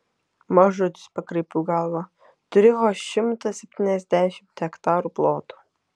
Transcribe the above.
mažutis pakraipiau galvą turi vos šimtą septyniasdešimt hektarų ploto